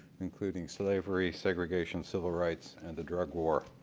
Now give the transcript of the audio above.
including slavery, segregation, civil rights and a drug wars.